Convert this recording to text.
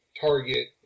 target